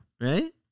Right